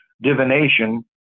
divination